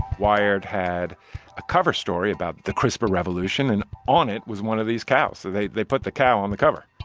wired had a cover story about the crispr revolution and on it was one of these cows, so they they put the cow on the cover.